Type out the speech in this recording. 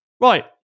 Right